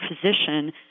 physician